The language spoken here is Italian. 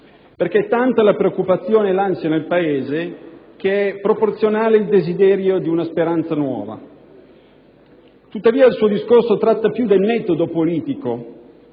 perché tanta è la preoccupazione e l'ansia nel Paese e proporzionale è il desiderio di una speranza nuova. Il suo discorso però tratta più del metodo politico